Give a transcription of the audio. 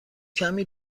کمی